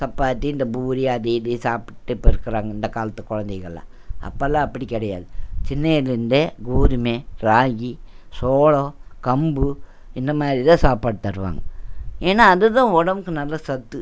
சப்பாத்தி இந்த பூரி அது இதையும் சாப்பிட்டு இப்போ இருக்குறாங்க இந்த காலத்து குழந்தைங்கள்லாம் அப்போலாம் அப்படி கிடையாது சின்ன இதுலேருந்து கோதுமை ராகி சோளம் கம்பு இந்தமாதிரி தான் சாப்பாடு தருவாங்க ஏன்னா அது தான் உடம்புக்கு நல்ல சத்து